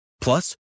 Plus